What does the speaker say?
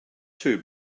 two